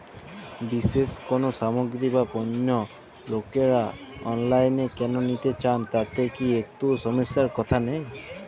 বিশেষ কোনো সামগ্রী বা পণ্য লোকেরা অনলাইনে কেন নিতে চান তাতে কি একটুও সমস্যার কথা নেই?